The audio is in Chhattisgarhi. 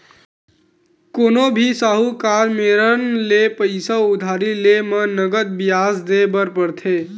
कोनो भी साहूकार मेरन ले पइसा उधारी लेय म नँगत बियाज देय बर परथे